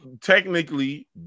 technically